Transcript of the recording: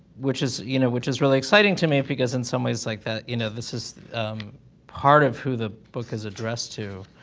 which is, you know, which is really exciting to me because, in some ways like that, you know, this is part of who the book is addressed to,